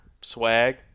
Swag